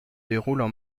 déroulent